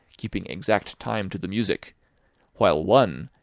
keeping exact time to the music while one,